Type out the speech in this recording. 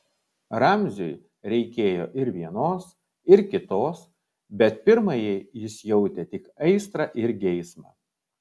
ramziui reikėjo ir vienos ir kitos bet pirmajai jis jautė tik aistrą ir geismą